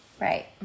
Right